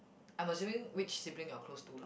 I'm assuming which sibling you are close to lah